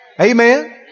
Amen